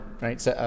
right